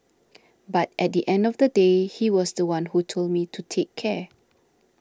but at the end of the day he was the one who told me to take care